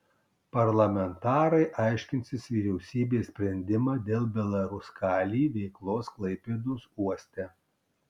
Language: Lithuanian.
parlamentarai aiškinsis vyriausybės sprendimą dėl belaruskalij veiklos klaipėdos uoste